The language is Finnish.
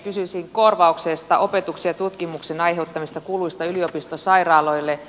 kysyisin korvauksesta opetuksen ja tutkimuksen aiheuttamista kuluista yliopistosairaaloille